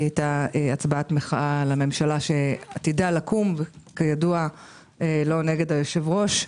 היא הייתה הצבעת מחאה על הממשלה שעתידה לקום וכידוע לא נגד היושב-ראש.